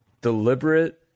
deliberate